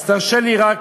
תרשה לי רק